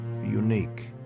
unique